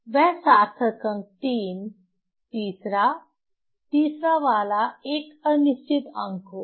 वह सार्थक अंक 3 तीसरा तीसरा वाला एक अनिश्चित अंक होगा